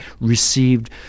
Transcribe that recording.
received